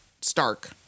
Stark